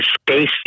space